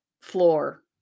floor